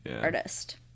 artist